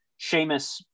Seamus